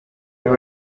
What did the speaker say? josh